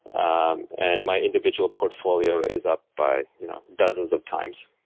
um and my individual portfolio is up by you know dozens of times.